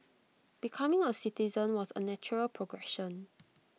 becoming A citizen was A natural progression